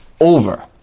Over